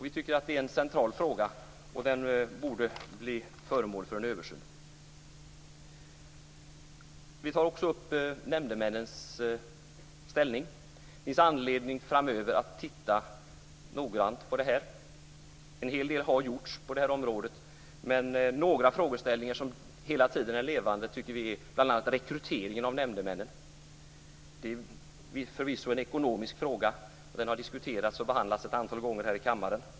Vi tycker att detta är en central fråga som borde bli föremål för en översyn. Vi tar också upp nämndemännens ställning. Det finns anledning att titta noggrant på den framöver. En hel del har gjorts på området, men det finns några frågeställningar som hela tiden är aktuella, bl.a. rekryteringen av nämndemän. Det är förvisso en ekonomisk fråga, och den har diskuterats och behandlats ett antal gånger här i kammaren.